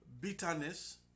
bitterness